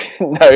no